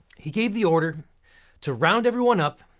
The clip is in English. he gave the order to round everyone up,